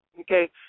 Okay